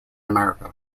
america